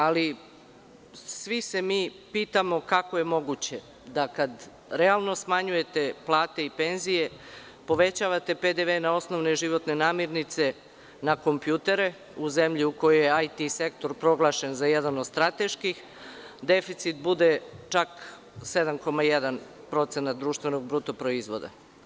Ali, svi se mi pitamo kako je moguće da, kada realno smanjujete plate i penzije, povećavate PDV na osnovne životne namirnice, na kompjutere, u zemlji u kojoj je IT sektor proglašen za jedan od strateških, deficit bude čak 7,1% BDP?